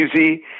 easy